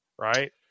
right